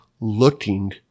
looking